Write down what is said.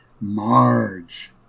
marge